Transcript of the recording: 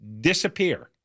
disappear